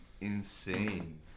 insane